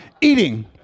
eating